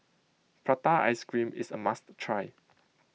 Prata Ice Cream is a must try